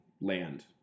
land